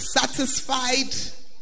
satisfied